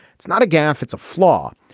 it's not a gaffe it's a flaw.